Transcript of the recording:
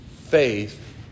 faith